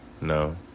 No